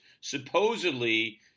supposedly